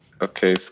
Okay